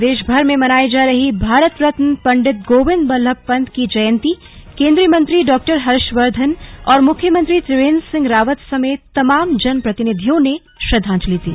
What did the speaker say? प्रदेशभर में मनाई जा रही भारत रत्न पंडित गोविंद बल्लभ पंत की जयंती केंद्रीय मंत्री डॉ हर्षवर्धन और मुख्यमंत्री त्रिवेंद्र सिंह रावत समेत तमाम जनप्रतिनिधियों ने श्रद्धांजलि दी